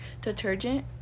detergent